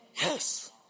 Yes